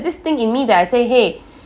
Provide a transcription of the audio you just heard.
this thing in me that I say !hey!